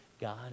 God